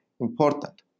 important